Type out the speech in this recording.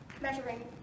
measuring